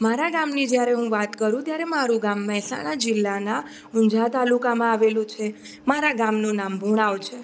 મારાં ગામની જ્યારે હું વાત કરું ત્યારે મારું ગામ મહેસાણા જિલ્લાના ઊંઝા તાલુકામાં આવેલું છે મારા ગામનું નામ ભુણાવ છે